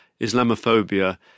Islamophobia